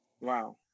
Wow